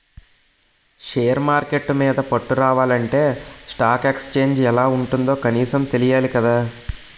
share market మీద పట్టు రావాలంటే స్టాక్ ఎక్సేంజ్ ఎలా ఉంటుందో కనీసం తెలియాలి కదా